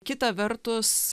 kita vertus